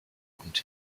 und